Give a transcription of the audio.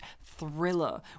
thriller